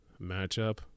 matchup